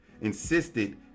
insisted